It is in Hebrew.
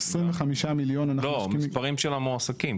25 מיליון --- לא, מספרים של המועסקים.